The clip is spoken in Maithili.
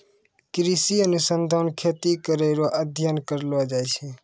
कृषि अनुसंधान खेती करै रो अध्ययन करलो जाय छै